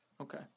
Okay